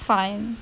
fine